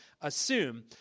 assume